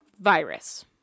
virus